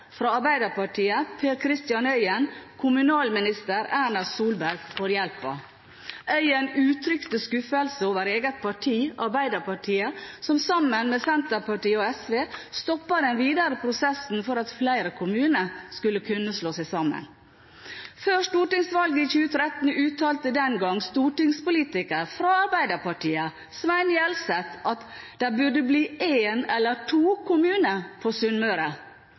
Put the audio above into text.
fra Arbeiderpartiet, Per Kristian Øyen, kommunalminister Erna Solberg for hjelpen. Øyen uttrykte skuffelse over eget parti, Arbeiderpartiet, som sammen med Senterpartiet og SV stoppet den videre prosessen for at flere kommuner skulle kunne slå seg sammen. Før stortingsvalget i 2013 uttalte den gang stortingspolitiker fra Arbeiderpartiet Svein Gjelseth at det burde bli én eller to kommuner på